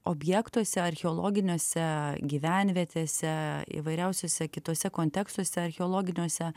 objektuose archeologiniuose gyvenvietėse įvairiausiuose kituose kontekstuose archeologiniuose